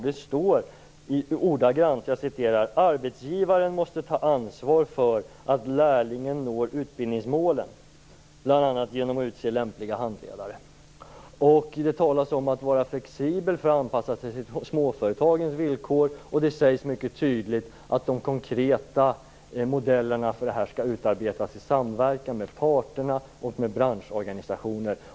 Det står i texten: Arbetsgivaren måste ta ansvar för att lärlingen når utbildningsmålen, bl.a. genom att utse lämpliga handledare. Det talas också om att vara flexibel för att anpassa sig till småföretagens villkor, och det sägs mycket tydligt att de konkreta modellerna för det här skall utarbetas i samverkan med parterna och med branschorganisationer.